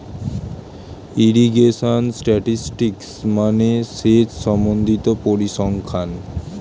irrigation statistics মানে সেচ সম্বন্ধিত পরিসংখ্যান